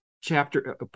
chapter